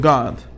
God